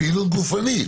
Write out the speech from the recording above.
פעילות גופנית.